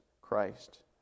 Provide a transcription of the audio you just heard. Christ